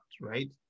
right